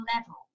level